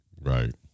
Right